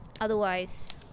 Otherwise